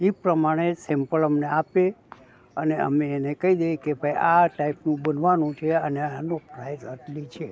એ પ્રમાણે સેમ્પલ અમને આપે અને અમે એને કહી દઈએ કે ભાઈ આ ટાઈપનું બનવાનું છે અને આનો પ્રાઇઝ આટલી છે